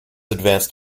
advanced